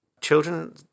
children